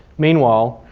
meanwhile,